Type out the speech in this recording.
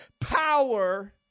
power